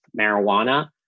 marijuana